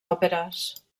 òperes